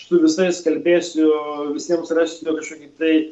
su visais kalbėsiu visiems rasiu kažkokį tai